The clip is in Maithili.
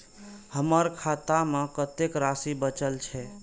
हमर खाता में कतेक राशि बचल छे?